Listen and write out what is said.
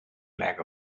lack